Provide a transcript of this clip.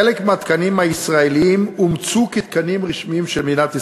חלק מהתקנים הישראליים אומצו כתקנים רשמיים של מדינת ישראל.